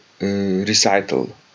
recital